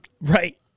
Right